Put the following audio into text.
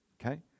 okay